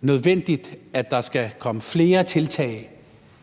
nødvendigt, at der kommer flere tiltag